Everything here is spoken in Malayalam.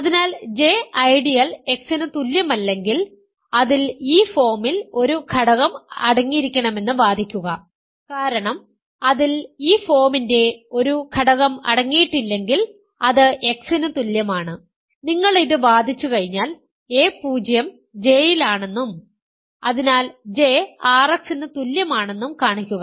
അതിനാൽ J ഐഡിയൽ X ന് തുല്യമല്ലെങ്കിൽ അതിൽ ഈ ഫോമിൽ ഒരു ഘടകം അടങ്ങിയിരിക്കണമെന്ന് വാദിക്കുക കാരണം അതിൽ ഈ ഫോമിന്റെ ഒരു ഘടകം അടങ്ങിയിട്ടില്ലെങ്കിൽ അത് X ന് തുല്യമാണ് നിങ്ങൾ ഇത് വാദിച്ചുകഴിഞ്ഞാൽ a0 J യിലാണെന്നും അതിനാൽ J RX ന് തുല്യമാണെന്നും കാണിക്കുക